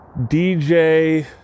DJ